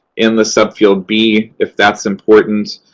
in the subfield b, if that's important.